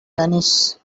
tennis